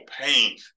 pain